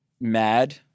mad